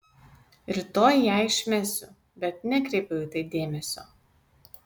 rytoj ją išmesiu bet nekreipiau į tai dėmesio